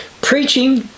preaching